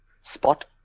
Spot